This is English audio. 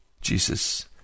Jesus